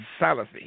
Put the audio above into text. Salafi